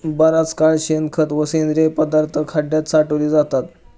बराच काळ शेणखत व सेंद्रिय पदार्थ खड्यात साठवले जातात